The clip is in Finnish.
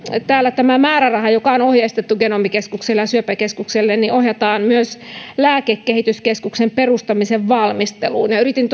täällä tämä määräraha joka on ohjeistettu genomikeskukselle ja syöpäkeskukselle ohjataan myös lääkekehityskeskuksen perustamisen valmisteluun yritin